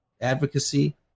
advocacy